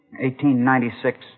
1896